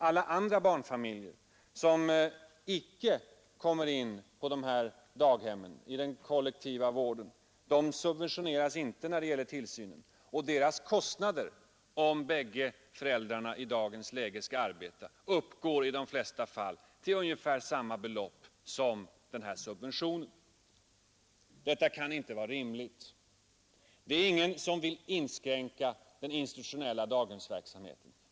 Alla de barnfamiljer som icke får någon daghemsplats i den kollektiva barntillsynen subventioneras inte, och deras kostnader för barntillsynen uppgår i de allra flesta fall till ungefär det belopp med vilket familjer som får daghemsplats subventioneras. Detta kan inte vara rimligt. Ingen vill inskränka den institutionella daghemsverksamheten.